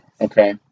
Okay